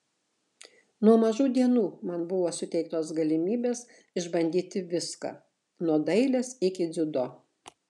nuo mažų dienų man buvo suteiktos galimybės išbandyti viską nuo dailės iki dziudo